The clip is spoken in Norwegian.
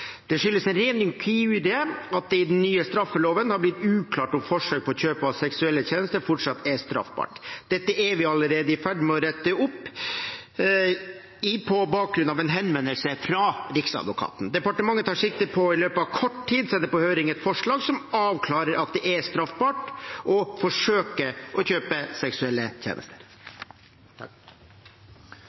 Det skyldes en ren inkurie at det i den nye straffeloven har blitt uklart om forsøk på kjøp av seksuelle tjenester fortsatt er straffbart. Dette er vi allerede i ferd med å rette opp, på bakgrunn av en henvendelse fra Riksadvokaten. Departementet tar sikte på i løpet av kort tid å sende på høring et forslag som avklarer at det er straffbart å forsøke å kjøpe seksuelle tjenester.